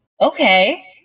okay